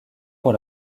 pour